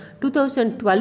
2012